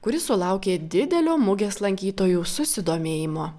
kuri sulaukė didelio mugės lankytojų susidomėjimo